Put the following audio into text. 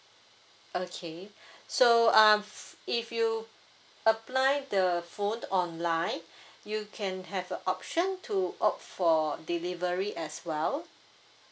okay so uh if you apply the phone online you can have a option to opt for delivery as well